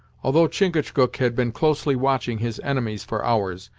although chingachgook had been closely watching his enemies for hours,